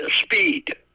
speed